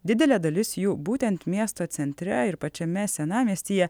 didelė dalis jų būtent miesto centre ir pačiame senamiestyje